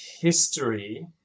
history